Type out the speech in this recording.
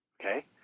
Okay